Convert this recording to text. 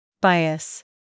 Bias